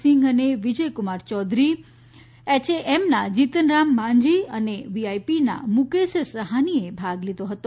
સિંઘ અને વિજય કુમાર ચૌધરી એયએએમના જીતન રામ માંઝી અને વીઆઇપીના મુકેશ સહાનીએ ભાગ લીધો હતો